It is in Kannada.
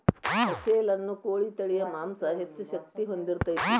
ಅಸೇಲ ಅನ್ನು ಕೋಳಿ ತಳಿಯ ಮಾಂಸಾ ಹೆಚ್ಚ ಶಕ್ತಿ ಹೊಂದಿರತತಿ